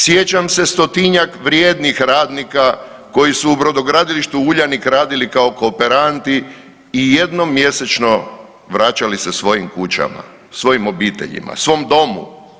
Sjećam se 100-tinjak vrijednih radnika koji su u brodogradilištu Uljanik radili kao kooperanti i jednom mjesečno vraćali se svojim kućama, svojim obiteljima, svom domu.